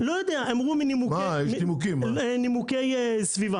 לא יודע, אמרו שמנימוקי סביבה.